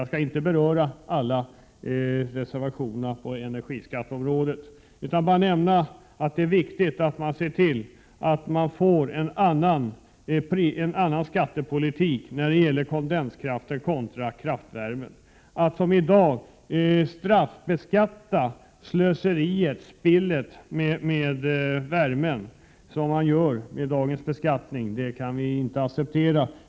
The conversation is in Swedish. Jag skall inte beröra alla reservationer på energiskatteområdet, utan bara nämna att det är viktigt att man ser till att man får en annan skattepolitik när det gäller kondenskraften kontra kraftvärmen. Att man som i dag i beskattningen främjar slöseri och spill med värme, kan vi inte acceptera.